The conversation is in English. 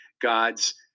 God's